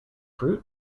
fruit